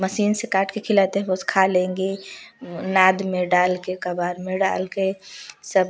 machine से काट कर खिलाते हैं ओस खा लेंगे नाद में डाल कर कबार में डाल कर सब